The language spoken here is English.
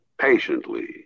patiently